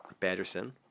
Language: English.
Badgerson